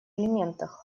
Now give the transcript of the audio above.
элементах